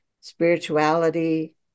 spirituality